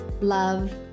love